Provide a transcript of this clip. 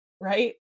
Right